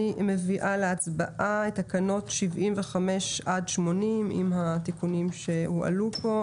אני מעלה להצבעה תקנות מספר 75 עד 80 עם התיקונים שהועלו כאן.